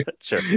sure